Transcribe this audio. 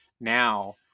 now